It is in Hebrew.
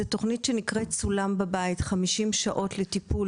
זאת תוכנית שנקראת "סולם בבית" 50 שעות לטיפול,